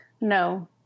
No